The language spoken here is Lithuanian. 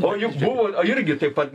o juk buvo irgi taip pat